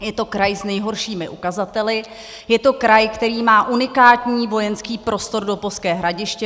Je to kraj s nejhoršími ukazateli, je to kraj, který má unikátní vojenský prostor Doupovské Hradiště.